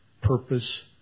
purpose